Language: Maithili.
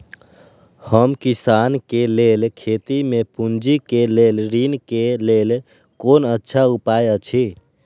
हम किसानके लेल खेती में पुंजी के लेल ऋण के लेल कोन अच्छा उपाय अछि?